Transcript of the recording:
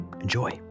Enjoy